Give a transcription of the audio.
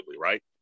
right